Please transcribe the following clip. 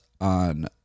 on